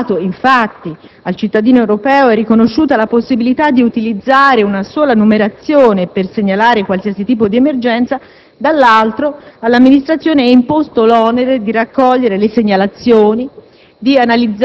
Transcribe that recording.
Se, da un lato, infatti, al cittadino europeo è riconosciuta la possibilità di utilizzare una sola numerazione per segnalare qualsiasi tipo di emergenza, dall'altro, all'amministrazione è imposto l'onere di raccogliere le segnalazioni,